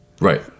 Right